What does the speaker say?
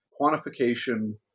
quantification